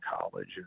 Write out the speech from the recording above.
college